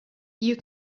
you